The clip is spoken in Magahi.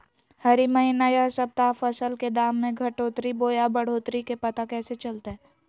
हरी महीना यह सप्ताह फसल के दाम में घटोतरी बोया बढ़ोतरी के पता कैसे चलतय?